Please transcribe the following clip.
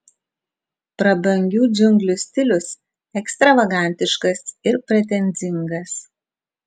prabangių džiunglių stilius ekstravagantiškas ir pretenzingas